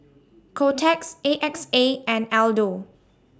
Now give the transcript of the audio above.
Kotex A X A and Aldo